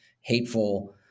hateful